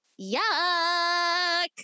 Yuck